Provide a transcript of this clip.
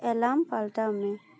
alarm ᱯᱟᱞᱴᱟᱣ ᱢᱮ